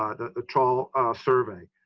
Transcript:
ah the ah trawl survey.